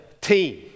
team